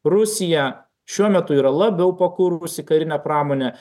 rusija šiuo metu yra labiau pakūrusi karinę pramonę